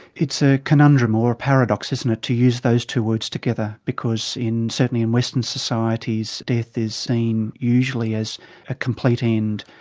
it's a conundrum or a paradox isn't it to use those two words together because certainly in western societies death is seen usually as a complete end,